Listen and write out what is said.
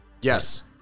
Yes